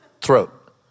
throat